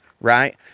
right